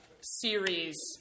series